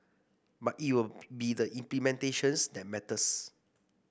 but it will be the implementations that matters